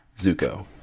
Zuko